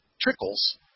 trickles